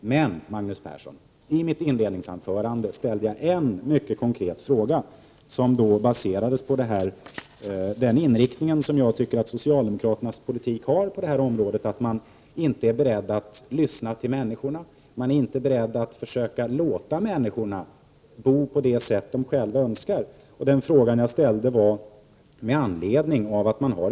I mitt inledningsanförande ställde jag en mycket konkret fråga, Magnus Persson, och den baserades på den inriktning som jag tycker att socialdemokraternas politik har på detta område, dvs. att de inte är beredda att lyssna på människorna, inte är beredda att försöka låta människorna bo på det sätt som de själva önskar.